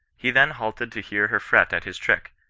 he then halted to hear her fret at his trick,